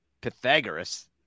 Pythagoras